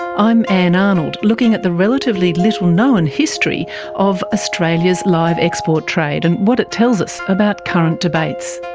i'm ann arnold, looking at the relatively little known history of australia's live export trade, and what it tells us about current debates.